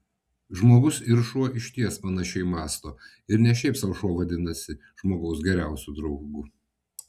žmogus ir šuo išties panašiai mąsto ir ne šiaip sau šuo vadinasi žmogaus geriausiu draugu